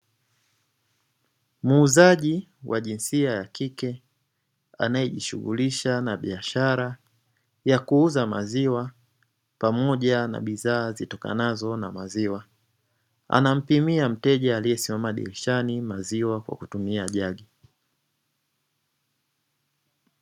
Muuzaji wa jinsia ya kike anayejishughulisha na biashara ya kuuza maziwa pamoja na bidhaa zitokanazo na maziwa anampimia mteja aliyesimama dirishani maziwa kwa kutumia jagi.